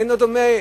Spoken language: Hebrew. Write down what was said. אין דומה,